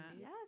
yes